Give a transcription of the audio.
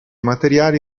materiali